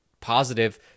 positive